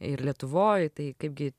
ir lietuvoj tai kaipgi